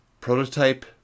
Prototype